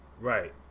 right